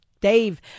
Dave